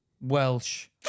Welsh